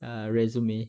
err resume